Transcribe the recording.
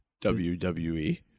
WWE